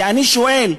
ואני שואל,